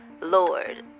Lord